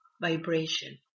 vibration